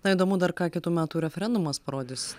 na įdomu dar ką kitų metų referendumas parodys